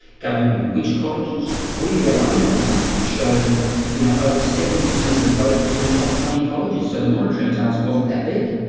government knew which colleges. we did our own analysis that showed you know over seventy percent of the growth was in the top twenty colleges, so the monitoring task wasn't that big.